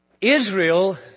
Israel